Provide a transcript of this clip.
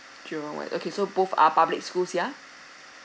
jurong one okay so both are public schools sia